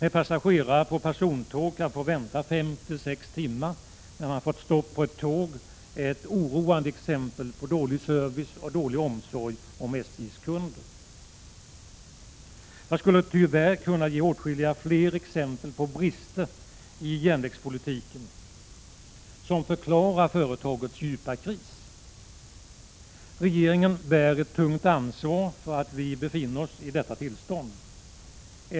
Att passagerare på persontåg kan få vänta fem sex timmar när man fått stopp på Jag skulle tyvärr kunna ge åtskilliga fler exempel på brister i järnvägspolitiken som förklarar företagets djupa kris. Regeringen bär ett tungt ansvar för att vi befinner oss i detta tillstånd.